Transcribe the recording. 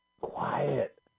Quiet